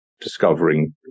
discovering